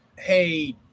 hey